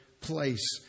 place